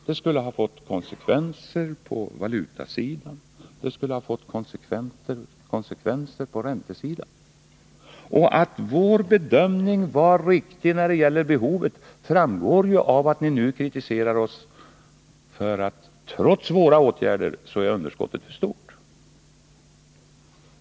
Det skulle också ha fått konsekvenser på valutasidan och på räntesidan. Att vår bedömning när det gällde behovet var riktig framgår av att ni nu kritiserar oss för att underskottet, trots våra åtgärder, är för stort.